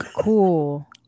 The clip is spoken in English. cool